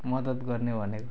मद्दत गर्ने भनेको